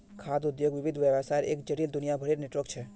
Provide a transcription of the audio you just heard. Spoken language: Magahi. खाद्य उद्योग विविध व्यवसायर एक जटिल, दुनियाभरेर नेटवर्क छ